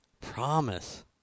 Promise